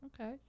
Okay